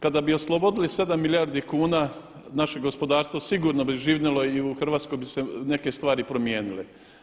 Kada bi oslobodili 7 milijardi kuna naše gospodarstvo sigurno bi živnulo i u Hrvatskoj bi se neke stvari promijenile.